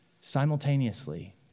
simultaneously